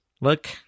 look